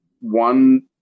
one